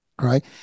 Right